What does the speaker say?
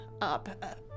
up